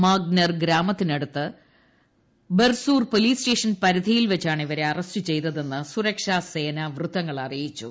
മാഗ്നർ ഗ്രാമത്തിനടുത്ത് Bersur police station പരിധിയിൽ വച്ചാണ് ഇവരെ അറസ്റ്റ് ചെയ്തതെന്ന് സുരക്ഷാ സേന വൃത്തങ്ങൾ അറിയിച്ചു